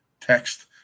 text